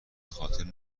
خاطر